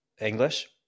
English